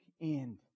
end